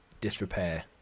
disrepair